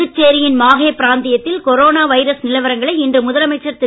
புதுச்சேரியின் மாஹே பிராந்தியத்தில் corona virus நிலவரங்களை இன்று முதலமைச்சர் திரு